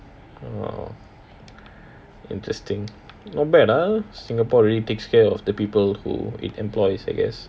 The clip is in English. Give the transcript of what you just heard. !wow! interesting not bad ah singapore really takes care of the people who it employees I guess